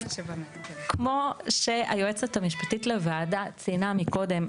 כמו שהיועצת המשפטית לוועדה ציינה מקודם.